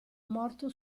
morto